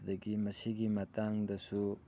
ꯑꯗꯒꯤ ꯃꯁꯤꯒꯤ ꯃꯇꯥꯡꯗꯁꯨ